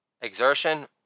exertion